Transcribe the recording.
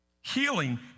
healing